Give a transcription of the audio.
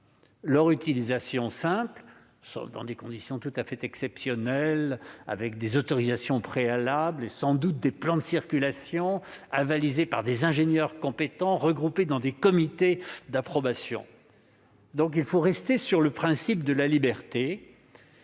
leur utilisation, sauf dans des conditions très exceptionnelles, en vertu d'autorisations préalables et sans doute de plans de circulation avalisés par des ingénieurs compétents, tous regroupés dans des comités d'approbation ... Il faut en rester à un principe de liberté.